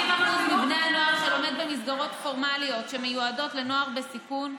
70% מבני הנוער שלומדים במסגרות פורמליות שמיועדות לנוער בסיכון,